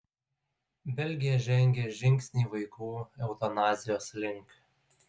belgija žengė žingsnį vaikų eutanazijos link